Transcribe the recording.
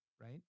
right